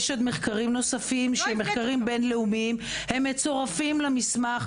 יש מחקרים נוספים שהם מחקרים בין לאומיים והם מצורפים למסמך,